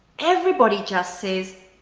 everybody just says,